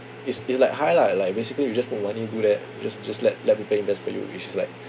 is is it like high lah like basically you just put money into that just just let let people invest for you which is like